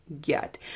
get